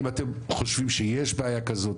אם אתם חושבים שיש בעיה כזאת,